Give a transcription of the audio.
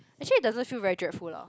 actually it doesn't feel very dreadful lah